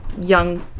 young